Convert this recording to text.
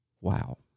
Wow